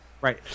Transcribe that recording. right